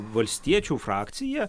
valstiečių frakcija